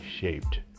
shaped